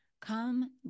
Come